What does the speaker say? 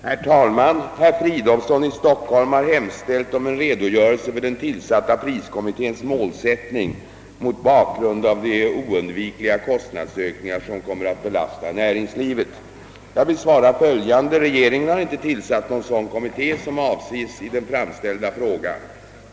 Herr talman! Herr Fridolfsson i Stockholm har hemställt om en redogörelse för den tillsatta priskommitténs målsättning mot bakgrund av de ound vikliga kostnadsökningar som kommer att belasta näringslivet. Jag vill svara följande. Regeringen har inte tillsatt någon sådan kommitté som avses i den framställda frågan.